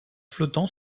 flottant